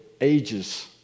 ages